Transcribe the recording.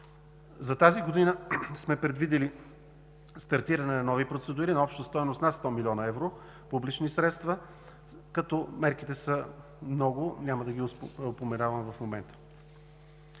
За тази година сме предвидили стартиране на нови процедури на обща стойност над 100 млн. евро публични средства, като мерките са много много и няма да ги упоменавам в момента.